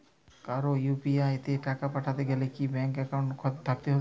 কারো ইউ.পি.আই তে টাকা পাঠাতে গেলে কি ব্যাংক একাউন্ট থাকতেই হবে?